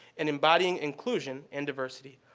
and embodying inclusion and diversity.